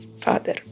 father